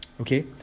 Okay